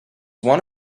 one